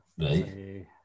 Right